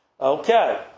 Okay